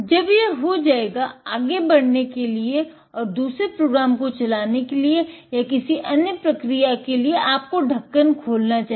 जन यह हो जायेगा आगे बढ़ने के लिये और दुसरे प्रोग्राम को चलाने के लिए या किसी अन्य प्रक्रिया के लिए आपको ढक्कन खोलना चाहिए